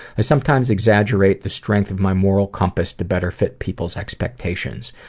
i sometimes exaggerate the strength of my moral compass to better fit people's expectations.